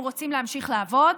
הם רוצים להמשיך לעבוד,